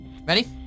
Ready